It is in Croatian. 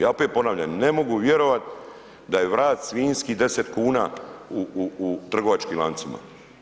Ja opet ponavljam, ne mogu vjerovati da je vrat svinjski 10 kuna u trgovačkim lancima.